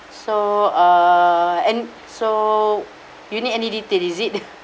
so uh and so you need any detail is it